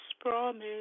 promise